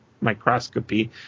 microscopy